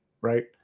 right